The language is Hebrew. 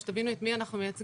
שתבינו את מי אנחנו מייצגים.